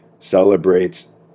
celebrates